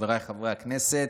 חבריי חברי הכנסת,